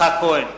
יצחק כהן,